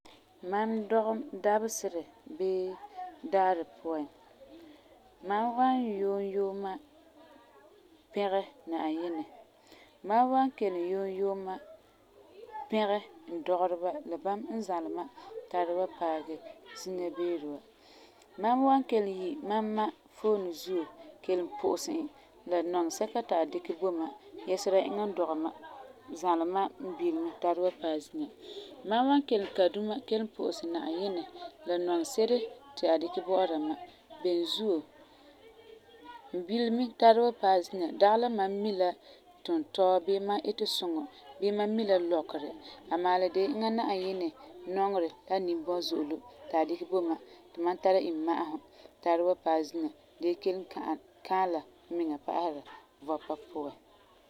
Mam dɔgum dabeserɛ bii daarɛ puan, mam wan yuum yuuma pɛgɛ Na'ayinɛ, mam wan kelum yuum yuuma pɛgɛ n dɔgereba la ba n zãlɛ mam tari wa paagɛ zina beere wa. Mam wan kelum yi mam ma foone zuo kelum pu'usɛ e la nɔŋerɛ sɛka ti a dikɛ bo mam, yɛsera la eŋa n dɔgɛ mam, zãlɛ mam n biilemi tari wa paɛ zina. Mam wan kelum kpa duma pu'usɛ Na'ayinɛ la nɔŋerɛ se'ere ti a dikɛ bɔ'ɔra mam. Beni zuo, n bilemi tari wa paɛ zina, dagi la mam mi LA tintɔɔ bii mam itesuŋɔ bii mam mi la lɔkerɛ. Amaa la de la eŋa Na'ayinɛ nɔŋerɛ la a nimbɔzo'olum ta dikɛ bo mam, ti mam tara imma'asum tari wa paɛ zina gee kelum kã kaala n miŋa pa'ahera vɔpa puan.